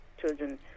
children